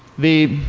the